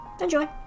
Enjoy